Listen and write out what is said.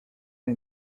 ten